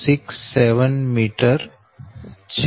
0067 m છે